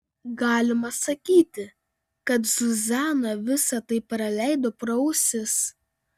galima sakyti kad zuzana visa tai praleido pro ausis